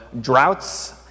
droughts